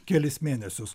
kelis mėnesius